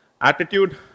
attitude